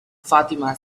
fatima